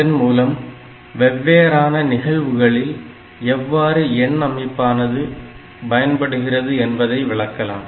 இதன் மூலம் வெவ்வேறான நிகழ்வுகளில் எவ்வாறு எண் அமைப்பானது பயன்படுகிறது என்பதை விளக்கலாம்